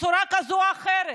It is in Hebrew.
בצורה כזו או אחרת.